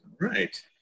Right